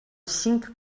cinc